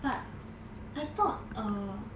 but I thought err